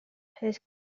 his